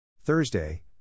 Thursday